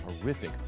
horrific